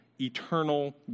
eternal